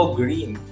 green